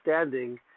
understanding